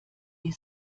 die